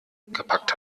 gepackt